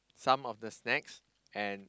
some of the snacks and